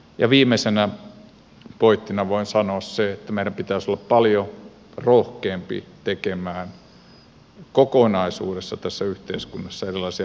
ja viimeisenä pointtina voin sanoa sen että meidän pitäisi olla paljon rohkeampia tekemään kokonaisuudessa tässä yhteiskunnassa erilaisia pilottihankkeita